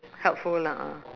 helpful lah uh